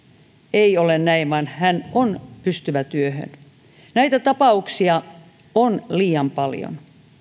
ei ole näin vaan tämä on pystyvä työhön näitä tapauksia on liian paljon